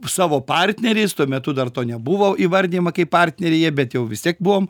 savo partneriais tuo metu dar to nebuvo įvardijama kaip partneriai jie bet jau vis tiek buvom